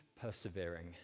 persevering